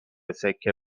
سکه